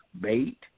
bait